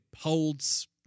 holds